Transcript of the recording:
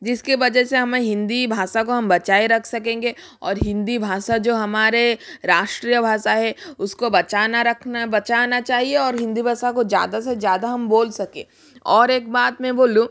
जिसकी वजह से हम हिन्दी भाषा को हम बचाए रख सकेंगे और हिन्दी भाषा जो हमारी राष्ट्रीय भाषा है उसको बचाना रखना बचाना चाहिए और हिन्दी भाषा को ज़्यादा से ज़्यादा हम बोल सकें और एक बात मैं बोलूँ